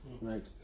right